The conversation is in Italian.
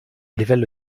livello